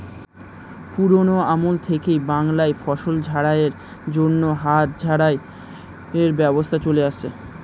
পুরোনো আমল থেকেই বাংলায় ফসল ঝাড়াই এর জন্য হাত ঝাড়াই এর ব্যবস্থা চলে আসছে